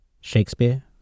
Shakespeare